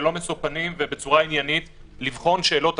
ללא משוא פנים ובצורה עניינית,